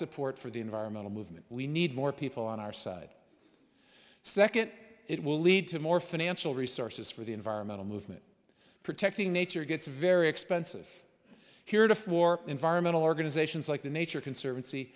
support for the environmental movement we need more people on our side second it will lead to more financial resources for the environmental movement protecting nature gets very expensive heretofore environmental organizations like the nature conservancy